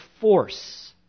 force